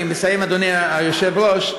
אני מסיים, אדוני היושב-ראש.